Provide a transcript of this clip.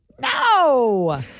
no